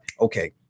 Okay